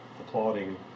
applauding